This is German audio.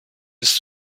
ist